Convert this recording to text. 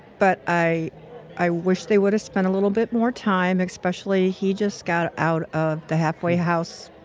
but i i wish they would've spent a little bit more time, especially, he just got out of the halfway house